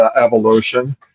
evolution